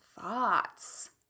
thoughts